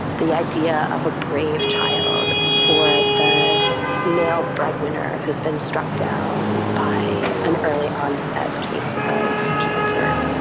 the idea of a brave child or the male breadwinner who has been struck down by an early onset case of cancer,